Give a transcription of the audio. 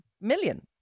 million